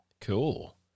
Cool